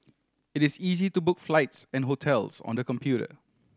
it is easy to book flights and hotels on the computer